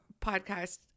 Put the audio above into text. podcast